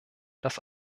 das